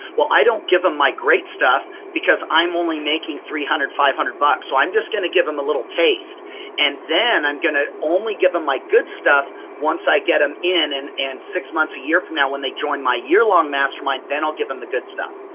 well, i don't give them my great stuff because i'm only making three hundred, five hundred bucks, so i'm just going to give them a little taste and then i'm going to only give them my good stuff once i get em in and and six months, a year from now when they join my year-long mastermind, then i'll give em the good stuff.